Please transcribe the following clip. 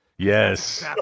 Yes